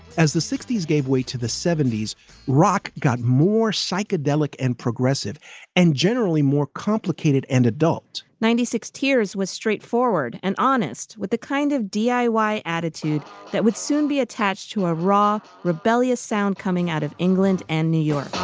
as the sixty s gave way to the seventy s rock got more psychedelic and progressive and generally more complicated and adult ninety six tears was straightforward and honest with the kind of diy attitude that would soon be attached to a rock rebellious sound coming out of england and new york